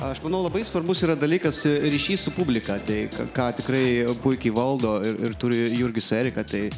aš manau labai svarbus yra dalykas ryšys su publika tai ką tikrai puikiai valdo ir turi jurgis su erika tai